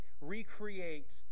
recreate